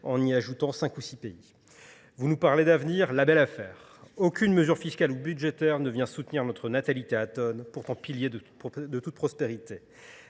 en y ajoutant 5 ou 6 pays. Vous nous parlez d'avenir, la belle affaire. Aucune mesure fiscale ou budgétaire ne vient soutenir notre natalité à tonne, pourtant pilier de toute prospérité.